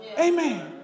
Amen